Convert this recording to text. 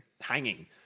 hanging